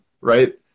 right